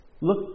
Look